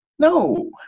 No